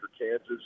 Kansas